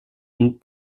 une